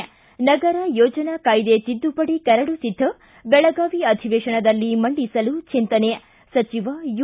ಿ ನಗರ ಯೋಜನಾ ಕಾಯ್ದೆ ತಿದ್ದುಪಡಿ ಕರಡು ಸಿದ್ದ ಬೆಳಗಾವಿ ಅಧಿವೇಶನದಲ್ಲಿ ಮಂಡಿಸಲು ಚಿಂತನೆ ಸಚಿವ ಯು